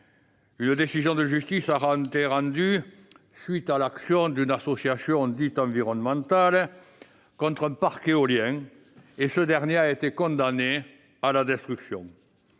une décision de justice a été rendue à la suite de l'action d'une association dite environnementale contre un parc éolien. Ce dernier a été condamné à la destruction.